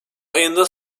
ayında